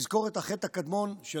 יזכור את החטא הקדמון של